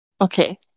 okay